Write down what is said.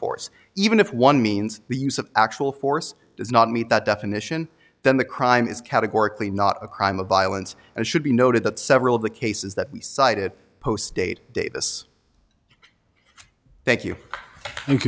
force even if one means the use of actual force does not meet that definition then the crime is categorically not a crime of violence and should be noted that several of the cases that we cited post date davis thank you thank